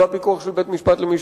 והפיקוח של בית-משפט למשפחה,